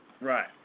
Right